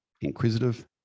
inquisitive